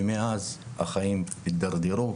ומאז החיים התדרדרו.